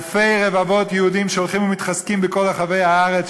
אלפי רבבות יהודים שהולכים ומתחזקים בכל רחבי הארץ,